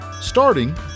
starting